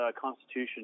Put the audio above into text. Constitution